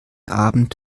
abend